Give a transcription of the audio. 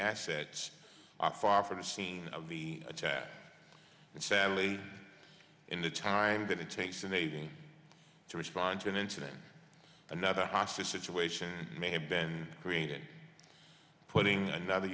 assets are far from the scene of the attack and sadly in the time that it takes a navy to respond to an incident another hostage situation may have been created putting another